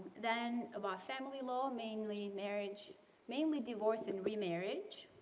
then about family law, mainly marriage mainly divorce and remarriage,